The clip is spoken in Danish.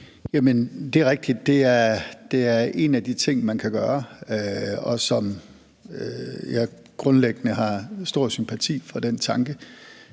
Det er rigtigt, at det er en af de ting, man kan gøre, og jeg har grundlæggende stor sympati for den tanke.